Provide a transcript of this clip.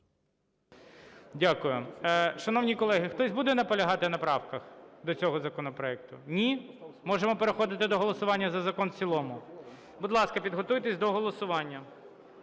Дякую. Шановні колеги, хтось буде наполягати на правках до цього законопроекту? Ні? Можемо переходити до голосування за закон в цілому? Будь ласка, підготуйтесь до голосування.